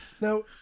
Now